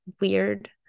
weird